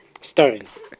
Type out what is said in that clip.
Stones